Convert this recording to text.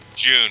June